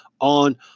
on